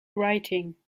writing